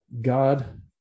God